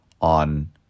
on